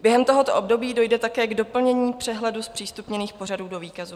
Během tohoto období dojde také k doplnění přehledu zpřístupněných pořadů do výkazu.